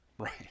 right